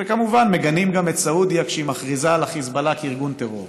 וכמובן מגנים גם את סעודיה כשהיא מכריזה על החיזבאללה כארגון טרור.